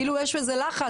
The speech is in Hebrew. כאילו יש פה לחץ,